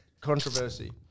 controversy